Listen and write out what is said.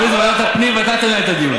נעביר את זה לוועדת הפנים ואתה תנהל את הדיון.